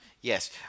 Yes